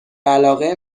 علاقه